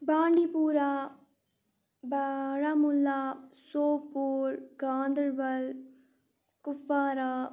بانٚڈی Pura Baramulla Sopore Ganderbal Kupwara